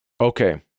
Okay